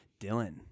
Dylan